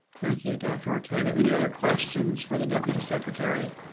thank you, dr. ortega. any other questions for the deputy secretary